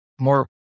more